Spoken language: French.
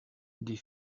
des